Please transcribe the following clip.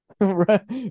right